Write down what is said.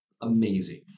amazing